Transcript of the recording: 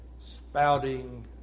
spouting